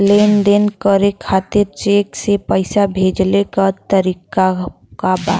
लेन देन करे खातिर चेंक से पैसा भेजेले क तरीकाका बा?